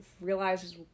realizes